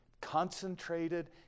Concentrated